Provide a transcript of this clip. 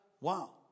Wow